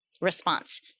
response